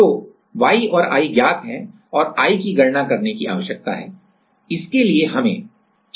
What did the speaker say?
तो Y और L ज्ञात हैं और I की गणना करने की आवश्यकता है